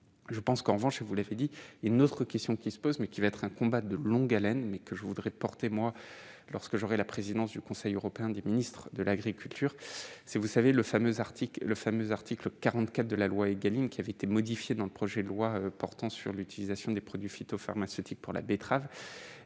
je pense qu'en revanche, si vous l'avez dit-il, une autre question qui se pose, mais qui va être un combat de longue haleine mais que je voudrais porter moi lorsque j'aurai la présidence du Conseil européen des ministres de l'agriculture si vous savez le fameux article le fameux article 44 de la loi Egalim qui avait été modifié dans le projet de loi portant sur l'utilisation des produits phytopharmaceutiques pour la betterave,